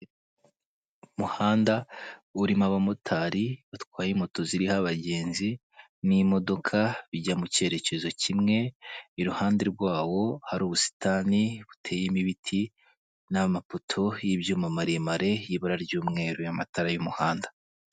Umuhanda urimo abamotari batwaye moto ziriho abagenzi n'imodoka bijya mu cyerekezo kimwe iruhande rwawo hari ubusitani buteyemo ibiti n'amapoto y'ibyuma maremare y'ibura ry'umweru namatara y'umuhanda.